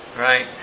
right